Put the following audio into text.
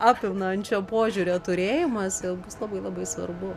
apimančio požiūrio turėjimas jau bus labai labai svarbu